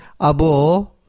abo